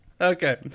Okay